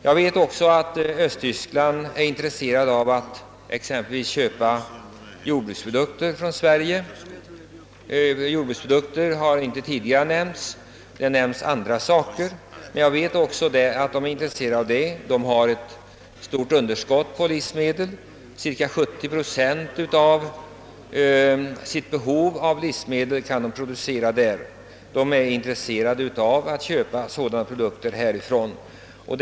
Jag vet också att Östtyskland är intresserat av att exempelvis köpa jordbruksprodukter från Sverige. Jordbruksprodukter har inte tidigare nämnts i denna debatt. Däremot andra produkter från näringslivet. Östtyskland har ett stort underskott på livsmedel. Cirka 70 procent av sitt behov av livsmedel kan Östtyskland producera självt. Landet är sålunda intresserat av att köpa sådana produkter här i Sverige.